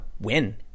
win